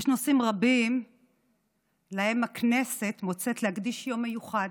יש נושאים רבים שהכנסת מוצאת לנכון להקדיש להם יום מיוחד.